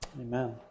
amen